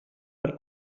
per